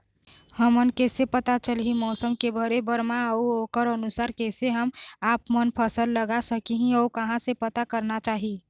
हमन कैसे पता चलही मौसम के भरे बर मा अउ ओकर अनुसार कैसे हम आपमन फसल लगा सकही अउ कहां से पता करना चाही?